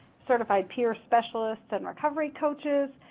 certified peer specialist, and recovery coaches,